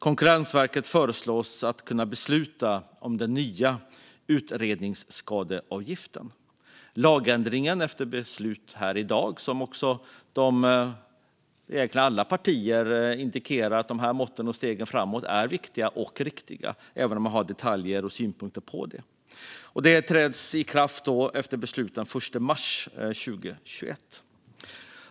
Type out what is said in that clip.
Konkurrensverket föreslås kunna besluta om den nya utredningsskadeavgiften. Alla partier indikerar egentligen att dessa mått och steg framåt är viktiga och riktiga, även om man har synpunkter på detaljer. Efter beslut här i dag kommer lagändringen att träda i kraft den 1 mars 2021.